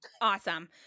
Awesome